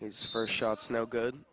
his first shots no good